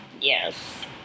Yes